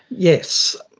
yes.